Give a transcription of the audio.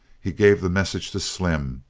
he gave the message to slim,